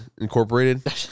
Incorporated